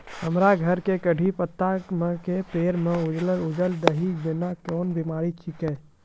हमरो घर के कढ़ी पत्ता के पेड़ म उजला उजला दही जेना कोन बिमारी छेकै?